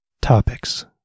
topics